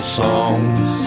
songs